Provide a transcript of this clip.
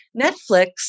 Netflix